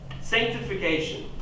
sanctification